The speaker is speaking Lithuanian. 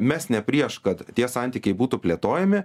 mes ne prieš kad tie santykiai būtų plėtojami